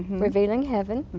revealing heaven.